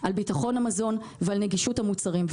על ביטחון המזון ועל נגישות המוצרים.